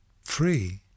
free